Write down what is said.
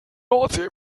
nordsee